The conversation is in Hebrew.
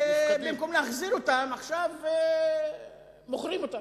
ובמקום להחזיר אותם, עכשיו מוכרים אותם,